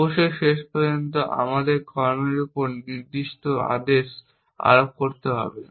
অবশ্যই শেষ পর্যন্ত আমাদের কর্মের উপর নির্দিষ্ট আদেশ আরোপ করতে হবে